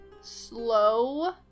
Slow